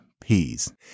peas